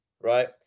right